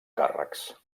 càrrecs